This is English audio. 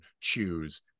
choose